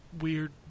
weird